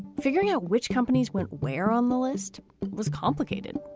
figuring out which companies went where on the list was complicated.